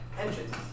engines